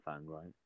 right